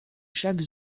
chaque